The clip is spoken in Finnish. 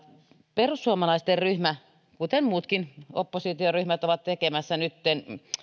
perussuomalaisten ryhmä kuten muutkin oppositioryhmät ovat tekemässä nytten